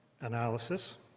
analysis